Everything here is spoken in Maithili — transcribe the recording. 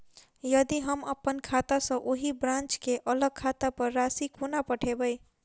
यदि हम अप्पन खाता सँ ओही ब्रांच केँ अलग खाता पर राशि कोना पठेबै?